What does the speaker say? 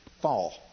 Fall